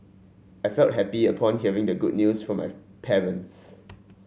I felt happy upon hearing the good news from my parents